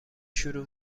شروع